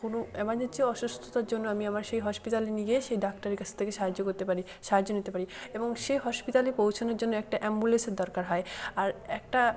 কোনো এমারজেন্সি অসুস্থতার জন্য আমি আমার সেই হসপিটালে নিজে সেই ডাক্তারের কাছ থেকে সাহায্য করতে পারি সাহায্য নিতে পারি এবং সে হসপিতালে পৌঁছানোর জন্য একটা অ্যাম্বুলেসের দরকার হয় আর একটা